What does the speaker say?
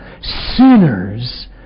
sinners